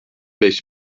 beş